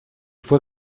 fue